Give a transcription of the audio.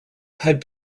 had